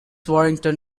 warrington